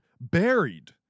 buried